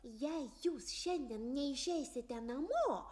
jei jūs šiandien neišeisite namo